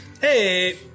Hey